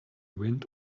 wind